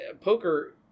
poker